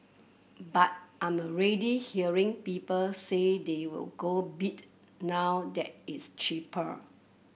but I'm already hearing people say they will go bid now that it's cheaper